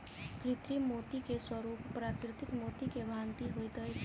कृत्रिम मोती के स्वरूप प्राकृतिक मोती के भांति होइत अछि